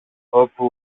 όπου